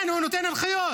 כן, הוא נותן הנחיות,